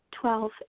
Twelve